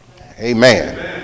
Amen